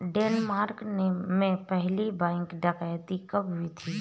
Denmark में पहली bank डकैती कब हुई थी?